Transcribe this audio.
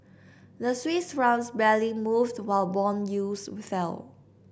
the Swiss Franc barely moved while bond yields fell